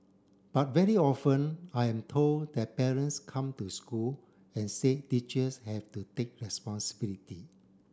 but very often I am told that parents come to school and say teachers have to take responsibility